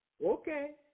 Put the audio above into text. Okay